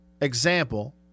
example